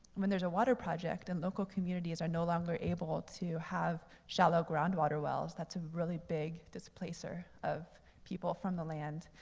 when there's a water project and local communities are no longer able to have shallow groundwater wells, that's a really big displacer of people from the land,